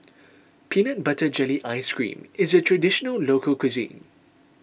Peanut Butter Jelly Ice Cream is a Traditional Local Cuisine